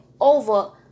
over